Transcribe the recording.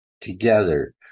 together